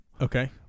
Okay